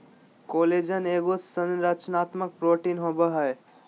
collagen एगो संरचनात्मक protein होबैय हइ